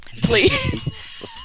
Please